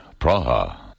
Praha